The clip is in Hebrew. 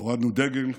הורדנו דגל,